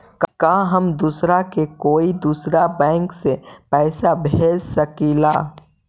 का हम दूसरा के कोई दुसरा बैंक से पैसा भेज सकिला?